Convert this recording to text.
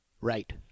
Right